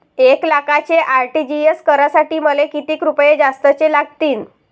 एक लाखाचे आर.टी.जी.एस करासाठी मले कितीक रुपये जास्तीचे लागतीनं?